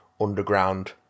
underground